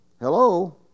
Hello